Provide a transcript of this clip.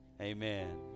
amen